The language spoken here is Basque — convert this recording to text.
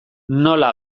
nola